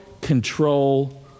control